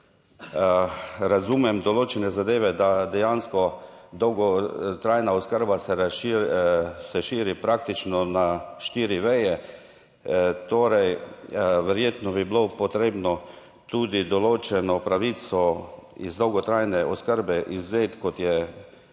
razumem določene zadeve, da dejansko dolgotrajna oskrba se širi, se širi praktično na štiri veje, torej verjetno bi bilo potrebno tudi določeno pravico iz dolgotrajne oskrbe izvzeti, kot je